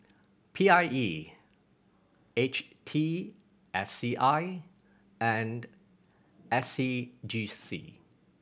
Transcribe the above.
P I E H T S C I and S C G C